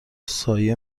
سایه